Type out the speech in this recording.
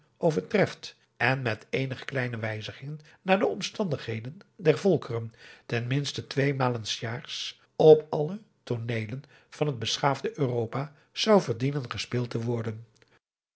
overtreft en met eenige kleine wijzigingen naar de omstandigheden der volkeren ten minste twee malen s jaars op alle too neelen van het beschaafde europa zou verdienen gespeeld te worden